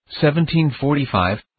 1745